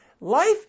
Life